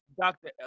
Dr